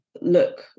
look